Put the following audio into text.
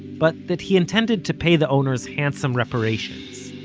but that he intended to pay the owners handsome reparations.